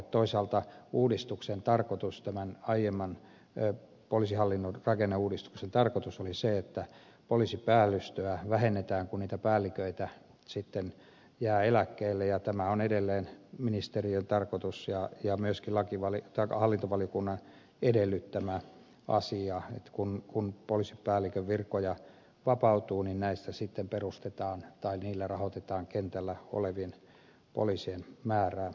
toisaalta uudistuksen tarkoitus tämän aiemman poliisihallinnon rakenneuudistuksen tarkoitus oli se että poliisipäällystöä vähennetään kun niitä päälliköitä sitten jää eläkkeelle ja tämä on edelleen ministeriön tarkoitus ja myöskin hallintovaliokunnan edellyttämä asia että kun poliisipäällikön virkoja vapautuu niin näistä sitten perustetaan tai niillä rahoitetaan kentällä olevien poliisien määrää